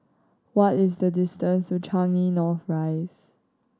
what is the distance to Changi North Rise